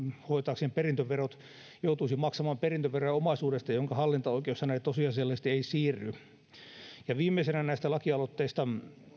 hoitaakseen perintöverot joutuisi maksamaan perintöveroja omaisuudesta jonka hallintaoikeus hänelle ei tosiasiallisesti siirry viimeisenä näistä lakialoitteista